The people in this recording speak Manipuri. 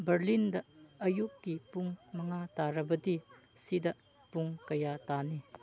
ꯕꯔꯂꯤꯟꯗ ꯑꯌꯨꯛꯀꯤ ꯄꯨꯡ ꯃꯉꯥ ꯇꯥꯔꯕꯗꯤ ꯁꯤꯗ ꯄꯨꯡ ꯀꯌꯥ ꯇꯥꯅꯤ